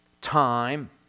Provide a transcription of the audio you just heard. time